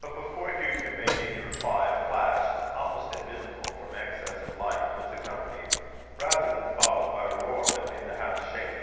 but before hugh could make any reply, a flash, almost invisible from excess of light, was accompanied rather than followed by a roar that made the house shake